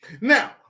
Now